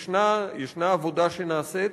יש עבודה שנעשית.